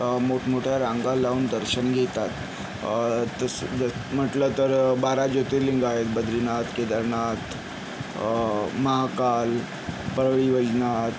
मोठ मोठ्या रांगा लावून दर्शन घेतात तसं जर म्हटलं तर बारा ज्योतिर्लिंग आहेत बद्रीनाथ केदारनाथ महाकाल परळी वैजनाथ